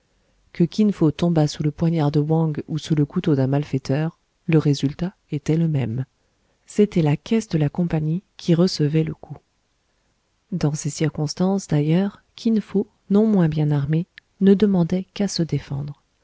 que kin fo tombât sous le poignard de wang ou sous le couteau d'un malfaiteur le résultat était le même c'était la caisse de la compagnie qui recevait le coup dans ces circonstances d'ailleurs kin fo non moins bien armé ne demandait qu'à se défendre